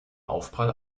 aufprall